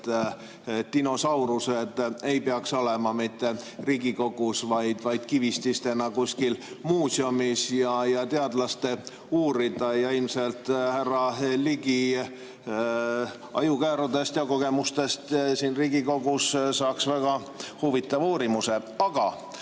Dinosaurused ei peaks olema mitte Riigikogus, vaid kivististena kuskil muuseumis ja teadlaste uurida. Ilmselt härra Ligi ajukäärudest ja kogemustest siin Riigikogus saaks väga huvitava uurimuse. Aga